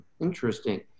interesting